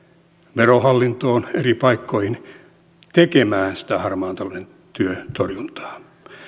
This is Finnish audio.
verohallintoon eri paikkoihin tekemään sitä harmaan talouden torjuntaa